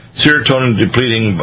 serotonin-depleting